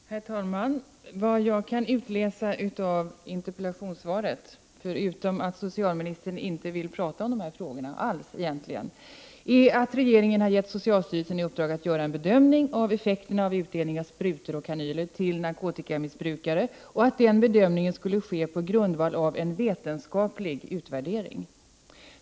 Herr talman! Vad jag kan utläsa av interpellationssvaret är — förutom att socialministern egentligen inte alls vill prata om de här frågorna — att regeringen gett socialstyrelsen i uppdrag att göra en samlad bedömning av effekterna av utdelning av sprutor och kanyler till narkotikamissbrukare och att den bedömningen skulle ske på grundval av en vetenskaplig utvärdering.